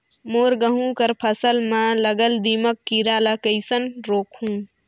मोर गहूं कर फसल म लगल दीमक कीरा ला कइसन रोकहू?